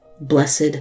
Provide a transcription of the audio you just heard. Blessed